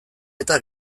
eta